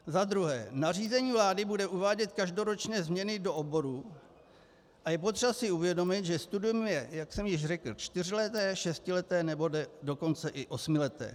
Za druhé, nařízení vlády bude uvádět každoročně změny do oborů a je potřeba si uvědomit, že studium je, jak jsem již řekl, čtyřleté, šestileté, nebo dokonce i osmileté.